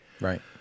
Right